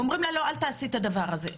והם אומרים לה לא לעשות עם הדבר הזה.